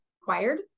required